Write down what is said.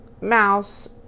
mouse